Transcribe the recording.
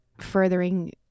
furthering